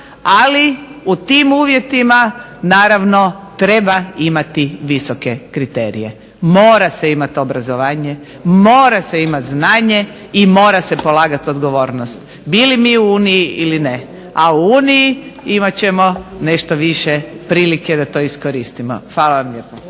ali u tim uvjetima treba imati visoke kriterije, mora se imati obrazovanje, mora se imati znanje i mora se polagati odgovornost. Bili mi u uniji ili ne. A u uniji imat ćemo nešto više prilike da to iskoristimo. Hvala vam lijepo.